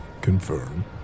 confirm